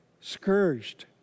scourged